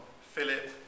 Philip